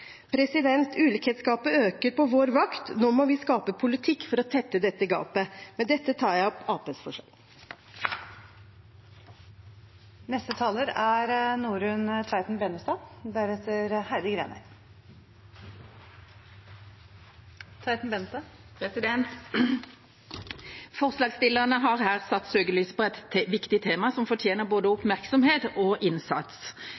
Ulikhetsgapet øker på vår vakt. Nå må vi skape politikk for å tette dette gapet. Forslagsstillerne har her satt søkelyset på et viktig tema som fortjener både oppmerksomhet og innsats. Målet om å bekjempe utenforskap deler vi på